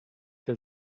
der